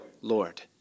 Lord